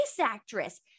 actress